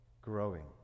growing